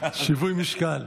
שיווי משקל.